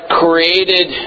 created